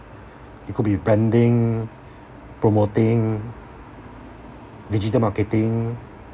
it could be branding promoting digital marketing